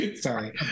Sorry